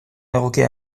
egokia